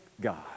God